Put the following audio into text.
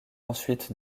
ensuite